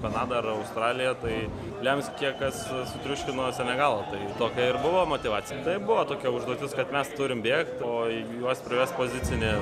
kanada ar australija tai lems kiek kas sutriuškino senegalą tai tokia ir buvo motyvacija tai buvo tokia užduotis kad mes turim bėgt o į juos pravest pozicinį